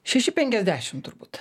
šeši penkiasdešimt turbūt